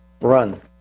run